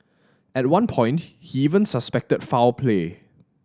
at one point he even suspected foul play